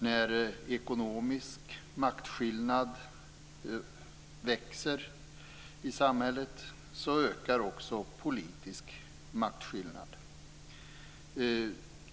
När ekonomisk maktskillnad växer i samhället ökar också politisk maktskillnad.